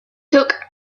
took